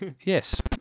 Yes